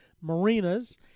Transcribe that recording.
Marinas